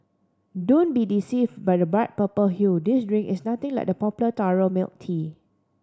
don't be deceive by the bright purple hue this drink is nothing like the popular taro milk tea